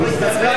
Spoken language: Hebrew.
היא